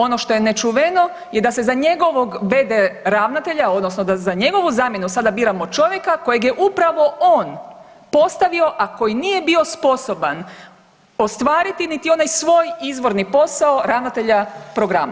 Ono što je nečuveno je da se njegovog v.d. ravnatelja, odnosno da za njegovu zamjenu sada biramo čovjeka kojeg je upravo on postavio, a koji nije bio sposoban ostvariti niti onaj svoj izvorni posao ravnatelja programa.